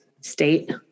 state